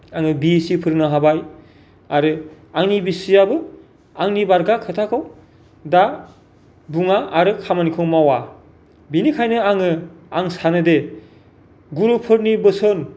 आङो बिएससि फोरोंनो हाबाय आरो आंनि बिसियाबो आंनि बारगा खोथाखौ दा बुङा आरो खामानिखौ मावा बिनिखायनो आङो आं सानो दे गुरुफोरनि बोसोन